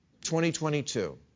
2022